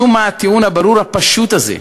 משום מה, הטיעון הברור, הפשוט הזה,